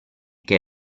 che